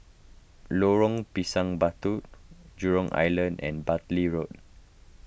Lorong Pisang Batu Jurong Island and Bartley Road